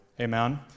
Amen